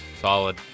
solid